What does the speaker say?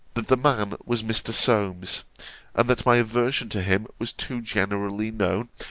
that the man was mr. solmes and that my aversion to him was too generally known,